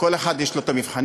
כל אחד יש לו מבחנים,